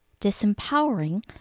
disempowering